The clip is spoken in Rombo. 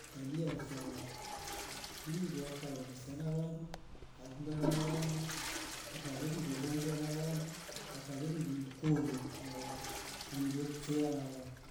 Tabia nsha lenye ni mnundu akaye na wandu lakini atawe ni mnundu ewongwa na wangu ni mkuru na wangu na mnundu etwea na wandu.